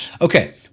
Okay